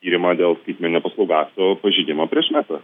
tyrimą dėl skaitmeninių paslaugų akto pažeidimo prieš metą